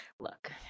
Look